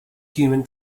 human